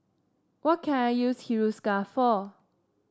what can I use Hiruscar for